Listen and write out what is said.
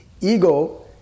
Ego